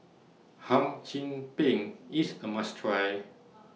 Hum Chim Peng IS A must Try